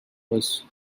was